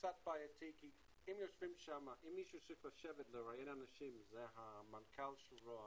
בעייתי כי אם מי שצריך לשבת ולראיין אנשים זה מנכ"ל משרד ראש